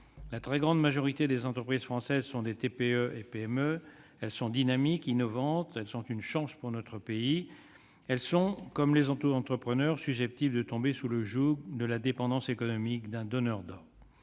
La très grande majorité des entreprises françaises sont des TPE et PME. Elles sont dynamiques, innovantes ; elles sont une chance pour notre pays. Cependant, elles sont, comme les auto-entrepreneurs, susceptibles de tomber sous le joug de la dépendance économique d'un donneur d'ordre.